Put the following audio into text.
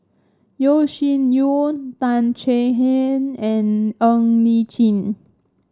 Yeo Shih Yun Tan Chay Yan and Ng Li Chin